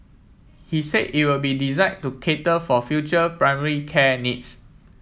he said it will be designed to cater for future primary care needs